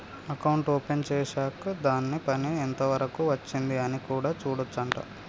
account open చేశాక్ దాని పని ఎంత వరకు వచ్చింది అని కూడా చూడొచ్చు అంట